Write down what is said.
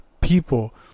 people